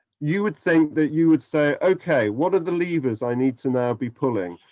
you would think that you would say, okay, what are the levers i need to now be pulling?